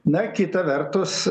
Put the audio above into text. na kita vertus